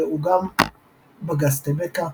ראו גם בג"ץ טבקה